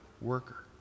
worker